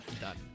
done